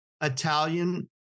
Italian